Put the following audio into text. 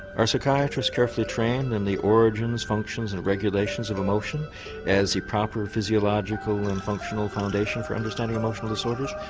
are psychiatrists carefully trained in the origins, functions and regulations of emotion as a proper physiological and functional foundation for understanding emotional disorders?